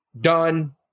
done